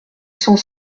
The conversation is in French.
cent